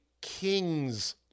king's